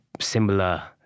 similar